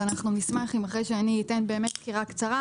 אנחנו נשמח אם אחרי שאתן סקירה קצרה,